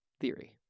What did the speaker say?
theory